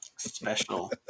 special